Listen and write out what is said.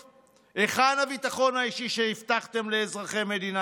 היכן הביטחון האישי שהבטחתם לאזרחי מדינת ישראל?